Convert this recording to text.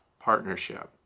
Partnership